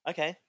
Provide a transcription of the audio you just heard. Okay